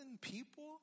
people